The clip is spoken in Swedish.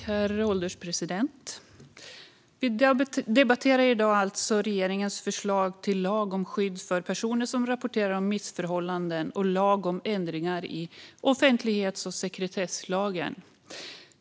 Herr ålderspresident! Vi debatterar alltså i dag regeringens förslag till lag om skydd för personer som rapporterar om missförhållanden och lag om ändringar i offentlighets och sekretesslagen.